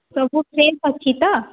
ସବୁ ଫ୍ରେସ୍ ଅଛି ତ